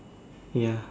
ya